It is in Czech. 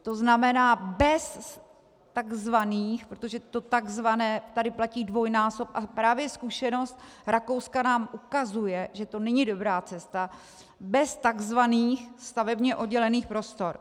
To znamená bez takzvaných protože to takzvané tady platí dvojnásob, a právě zkušenost Rakouska nám ukazuje, že to není dobrá cesta bez takzvaných stavebně oddělených prostor.